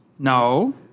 No